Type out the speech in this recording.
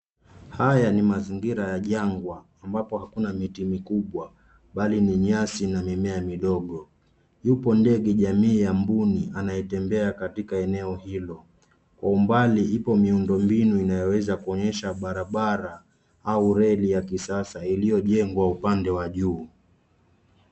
Haya ni mazingira ya jangwa ambapo hakuna miti mikubwa bali ni nyasi na mimea midogo. Yupo ndege jamii ya mbuni anayetembea katika eneo hilo. Kwa umbali ipo miundo mbinu inayoweza kuonyesha barabara au reli ya kisasa iliyojengwa upande wa juu.